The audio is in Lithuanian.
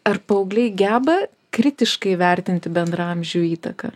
ar paaugliai geba kritiškai vertinti bendraamžių įtaką